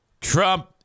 Trump